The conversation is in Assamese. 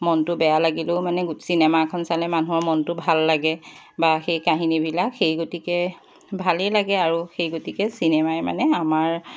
মনটো বেয়া লাগিলেও মানে চিনেমা এখন চালে মানুহৰ মনটো ভাল লাগে বা সেই কাহিনীবিলাক সেই গতিকে ভালেই লাগে আৰু সেই গতিকে চিনেমাই মানে আমাৰ